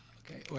okay,